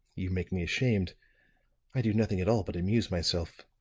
you make me ashamed i do nothing at all but amuse myself.